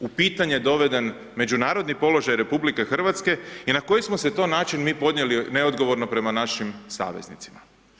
u pitanje doveden međunarodni položaj RH i na koji smo se to način mi podnijeli neodgovorno prema našim saveznicima.